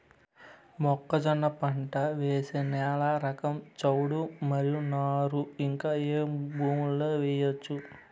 మొక్కజొన్న పంట వేసే నేల రకం చౌడు మరియు నారు ఇంకా ఏ భూముల్లో చేయొచ్చు?